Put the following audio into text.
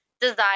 desire